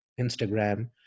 Instagram